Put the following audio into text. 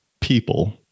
people